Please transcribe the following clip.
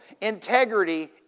integrity